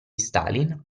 stalin